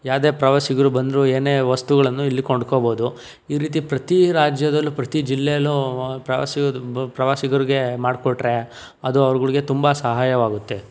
ಯಾವುದೇ ಪ್ರವಾಸಿಗರು ಬಂದರೂ ಏನೇ ವಸ್ತುಗಳನ್ನು ಇಲ್ಲಿ ಕೊಂಡ್ಕೋಬೋದು ಈ ರೀತಿ ಪ್ರತೀ ರಾಜ್ಯದಲ್ಲೂ ಪ್ರತಿ ಜಿಲ್ಲೆಯಲ್ಲೂ ಪ್ರವಾಸಿಗರು ಪ್ರವಾಸಿಗರಿಗೆ ಮಾಡಿಕೊಟ್ರೆ ಅದು ಅವ್ರುಗಳ್ಗೆ ತುಂಬ ಸಹಾಯವಾಗುತ್ತೆ